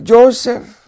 Joseph